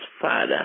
Father